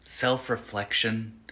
Self-reflection